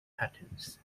patterns